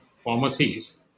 pharmacies